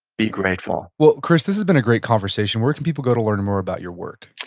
be grateful chris, this has been a great conversation. where can people go to learn more about your work?